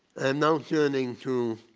and now turning to,